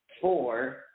four